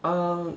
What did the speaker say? err